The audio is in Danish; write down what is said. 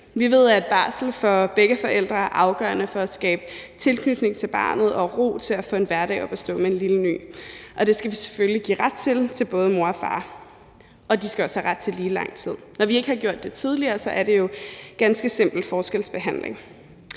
Vi ved, at barsel for begge forældre er afgørende for at skabe tilknytning til barnet og ro til at få en hverdag op at stå med en lille ny, og det skal vi selvfølgelig give ret til til både mor og far, og de skal også have ret til lige lang tid. Når vi ikke har gjort det tidligere, er det jo ganske simpelt forskelsbehandling.